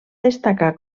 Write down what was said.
destacar